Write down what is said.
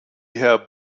herr